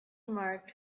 marked